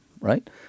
right